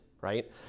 right